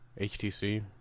HTC